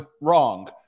wrong